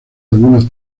algunos